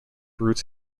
roots